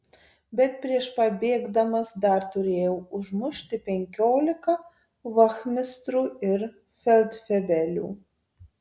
bet prieš pabėgdamas dar turėjau užmušti penkiolika vachmistrų ir feldfebelių